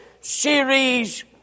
series